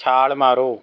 ਛਾਲ ਮਾਰੋ